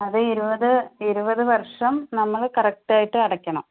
അത് ഇരുപത് ഇരുപതു വർഷം നമ്മള് കറക്റ്റായിട്ട് അടയ്ക്കണം